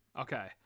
Okay